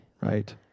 Right